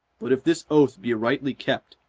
but if this oath be rightly kept,